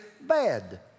bad